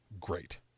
Great